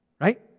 right